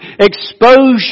exposure